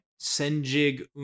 Senjig